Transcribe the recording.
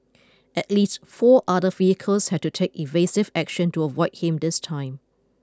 at least four other vehicles had to take evasive action to avoid him this time